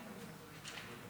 הצעת החוק התמימה,